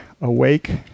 awake